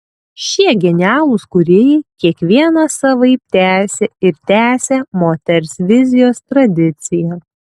šie genialūs kūrėjai kiekvienas savaip tęsė ir tęsia moters vizijos tradiciją